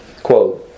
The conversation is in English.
quote